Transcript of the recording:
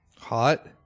Hot